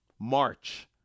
March